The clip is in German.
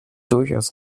durchaus